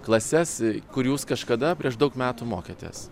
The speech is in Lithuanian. klases kur jūs kažkada prieš daug metų mokėtės